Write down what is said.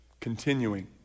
continuing